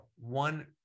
one